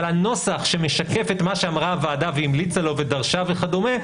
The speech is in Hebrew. אבל הנוסח שמשקף את מה שאמרה הוועדה והמליצה לו ודרשה וכדומה,